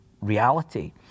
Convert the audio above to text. reality